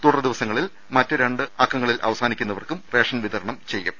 തുടർ ദിവസങ്ങളിൽ മറ്റു രണ്ട് അക്കങ്ങളിൽ അവസാനിക്കുന്നവർക്കും റേഷൻ വിതരണം ചെയ്യും